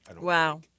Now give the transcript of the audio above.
Wow